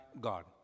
God